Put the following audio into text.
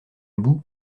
bout